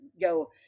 go